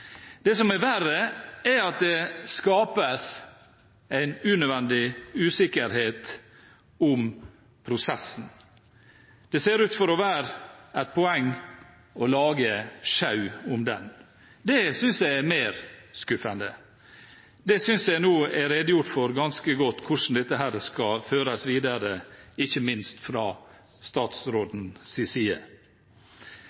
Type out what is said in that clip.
Det som er verre, er at det skapes en unødvendig usikkerhet om prosessen. Det ser ut til å være et poeng å lage sjau om den. Det synes jeg er mer skuffende. Jeg synes nå det er ganske godt redegjort for hvordan dette skal føres videre, ikke minst fra